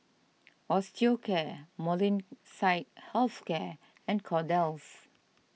Osteocare Molnylcke Health Care and Kordel's